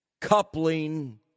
coupling